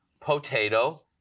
potato